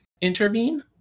intervene